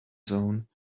zone